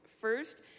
First